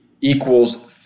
equals